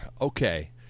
Okay